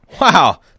wow